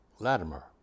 Latimer